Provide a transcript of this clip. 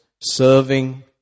serving